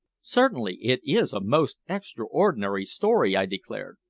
certainly, it is a most extraordinary story, i declared.